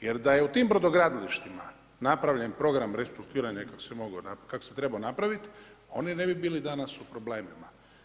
Jer da je u tim brodogradilištima napravljen program restrukturiranja kako se trebao napraviti oni ne bi bili danas u problemima.